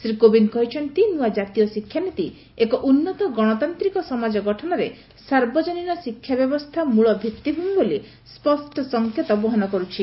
ଶ୍ରୀ କୋବିନ୍ଦ କହିଛନ୍ତି ନୂଆ ଜାତୀୟ ଶିକ୍ଷାନୀତି ଏକ ଉନ୍ନତ ଗଣତାନ୍ତିକ ସମାକ ଗଠନରେ ସାର୍ବଜନୀନ ଶିକ୍ଷାବ୍ୟବସ୍କା ମୂଳ ଭିଉିଭ୍ମି ବୋଲି ସ୍ୱଷ୍କ ସଂକେତ ବହନ କରୁଛି